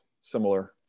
similar